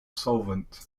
solvent